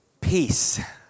peace